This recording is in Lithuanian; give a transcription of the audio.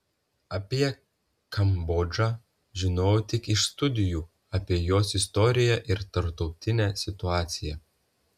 apie kambodžą žinojau tik iš studijų apie jos istoriją ir tarptautinę situaciją